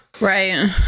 right